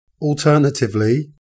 Alternatively